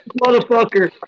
Motherfucker